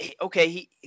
Okay